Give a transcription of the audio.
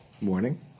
Morning